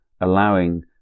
allowing